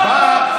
וואו.